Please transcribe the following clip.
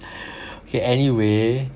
okay anyway